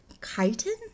Chitin